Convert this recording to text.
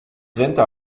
trennte